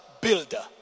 builder